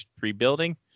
rebuilding